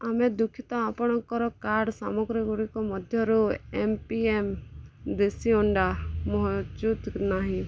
ଆମେ ଦୁଃଖିତ ଆପଣଙ୍କର କାର୍ଟ୍ ସାମଗ୍ରୀ ଗୁଡ଼ିକ ମଧ୍ୟରୁ ଏମ୍ ପି ଏମ୍ ଦେଶୀ ଅଣ୍ଡା ମହଜୁଦ ନାହିଁ